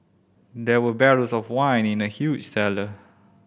there were barrels of wine in the huge cellar